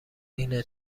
اینه